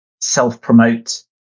self-promote